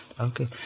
Okay